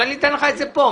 אולי ניתן לך את זה כאן.